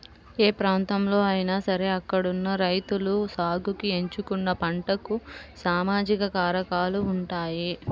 ఏ ప్రాంతంలో అయినా సరే అక్కడున్న రైతులు సాగుకి ఎంచుకున్న పంటలకు సామాజిక కారకాలు ఉంటాయి